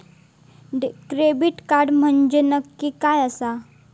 Credit card म्हंजे नक्की काय आसा?